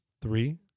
three